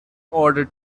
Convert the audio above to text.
order